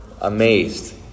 amazed